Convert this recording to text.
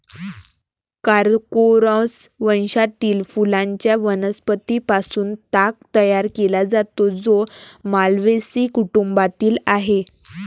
Corchorus वंशातील फुलांच्या वनस्पतीं पासून ताग तयार केला जातो, जो माल्व्हेसी कुटुंबातील आहे